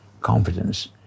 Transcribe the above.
confidence